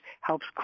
helps